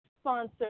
sponsor